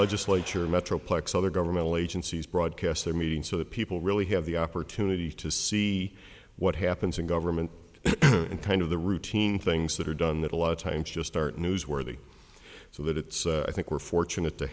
legislature metroplex other governmental agencies broadcast their meeting so that people really have the opportunity to see what happens in government and kind of the routine things that are done that a lot of times just aren't newsworthy so that it's i think we're fortunate to